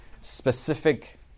specific